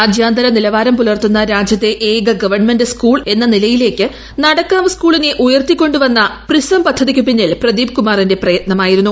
രാജ്യാന്തര നിലവാരം ഷൂലർത്തുന്ന രാജ്യത്തെ ഏക സർക്കാർ സ്കൂൾ എന്ന് ്ട്രില്ലയിലേക്ക് നടക്കാവ് സ്കൂളിനെ ഉയർത്തിക്കൊണ്ടുവുന്ന് പ്രിസം പദ്ധതിക്കു പിന്നിൽ പ്രദീപ് കുമാറിന്റെ പ്രയത്ന്മായിരുന്നു